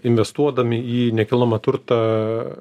investuodami į nekilnojamą turtą